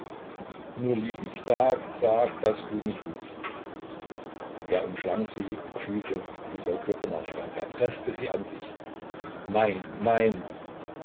nur lieb mich sag sag daß du mich liebst er umschlang sie und fühlte wie ihr körper nachgab er preßte sie an sich mein mein